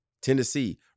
Tennessee